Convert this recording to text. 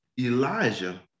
Elijah